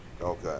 Okay